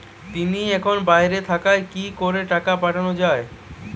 তিনি এখন বাইরে থাকায় কি করে টাকা পাঠানো য়ায়?